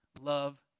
Love